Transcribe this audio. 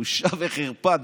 בושה וחרפה.